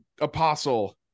apostle